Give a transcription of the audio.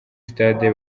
stade